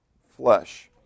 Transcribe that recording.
flesh